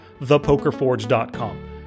thepokerforge.com